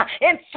inside